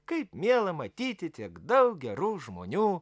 kaip miela matyti tiek daug gerų žmonių